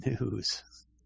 news